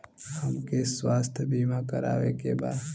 हमके स्वास्थ्य बीमा करावे के बा?